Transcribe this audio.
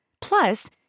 Plus